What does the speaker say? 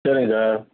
சரிங்க சார்